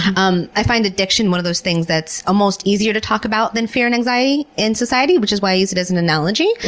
um i find addiction one of those things that's almost easier to talk about than fear and anxiety in society, which is why i use it as an analogy,